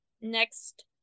next